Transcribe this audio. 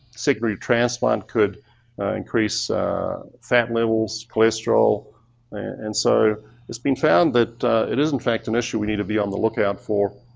secondary transplant could increase fat levels, cholesterol and so it's been found that it is in fact an issue we need to be on the lookout for.